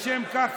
לשם כך,